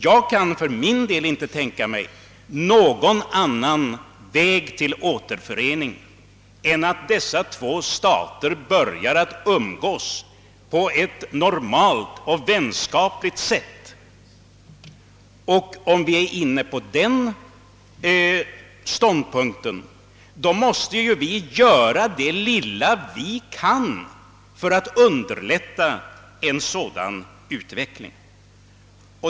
Jag kan för min del inte tänka mig någon annan väg till återföreningen än att dessa två stater börjar umgås på ett normalt och vänskapligt sätt. Vi måste göra det vi kan för att underlätta en sådan utveckling.